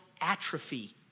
atrophy